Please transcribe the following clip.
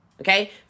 Okay